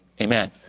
Amen